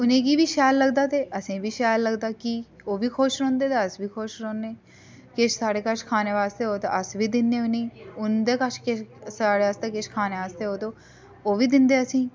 उ'नेंगी बी शैल लगदा ते असेंगी बी शैल लगदा कि ओह् बी खुश रौंह्दे ते अस बी खुश रौह्ने किश साढ़े कच्छ खाने बास्तै होग ते अस बी दिन्ने उ'नेंई उं'दे कच्छ किश साढ़े आस्तै किश खाने आस्तै होऐ ते ओह् बी दिंदे असेंई